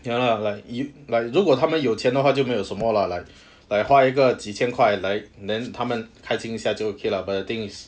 ya lah like he like 如果他们有钱的话就没有什么 lah like like 花一个几千块 like then 他们开心一下就 okay lah but the thing is